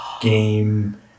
game